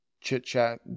chit-chat